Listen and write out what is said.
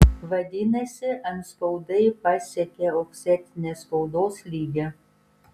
vadinasi antspaudai pasiekė ofsetinės spaudos lygį